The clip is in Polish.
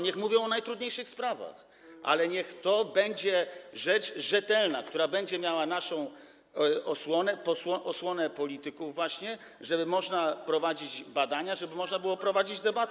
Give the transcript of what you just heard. Niech mówią o najtrudniejszych sprawach, ale niech to będzie rzecz rzetelna, która będzie miała naszą osłonę, osłonę polityków, żeby można było prowadzić badania, żeby można było prowadzić debatę.